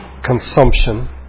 Consumption